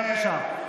בבקשה.